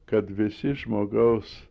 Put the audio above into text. kad visi žmogaus